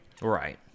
Right